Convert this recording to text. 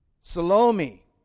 Salome